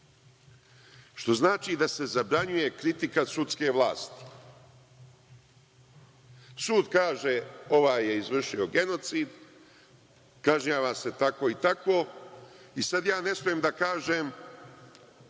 To znači da se zabranjuje kritika sudske vlasti. Sud kaže ovaj je izvršio genocid, kažnjava se tako i tako i sada ja ne smem da kažem